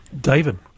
David